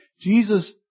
Jesus